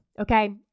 Okay